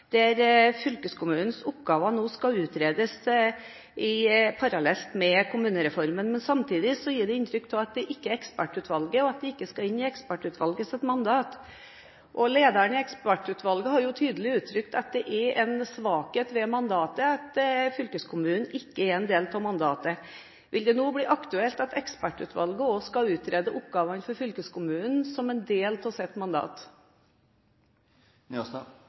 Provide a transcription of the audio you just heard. der fylkeskommunens oppgaver nå skal utredes parallelt med kommunereformen, men samtidig gir det inntrykk av at det ikke gjelder ekspertutvalget, at det ikke skal inn i ekspertutvalgets mandat. Lederen i ekspertutvalget har jo tydelig uttrykt at det er en svakhet ved mandatet at fylkeskommunen ikke er en del av mandatet. Vil det nå bli aktuelt at ekspertutvalget også skal utrede oppgaver for fylkeskommunen, som en del av sitt mandat?